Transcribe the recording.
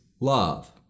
love